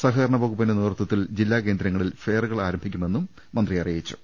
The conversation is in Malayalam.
സഹകരണ വകുപ്പിന്റെ നേതൃത്വത്തിൽ ജില്ലാ കേന്ദ്രങ്ങ ളിൽ ഫെയറുകൾ ആരംഭിക്കുമെന്ന് മന്ത്രി അറിയിച്ചു